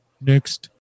Next